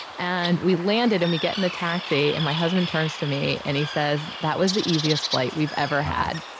and we landed and we get in the taxi and my husband turns to me and he says, that was the easiest flight we've ever had.